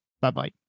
Bye-bye